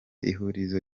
ihurizo